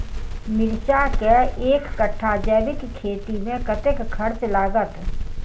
मिर्चा केँ एक कट्ठा जैविक खेती मे कतेक खर्च लागत?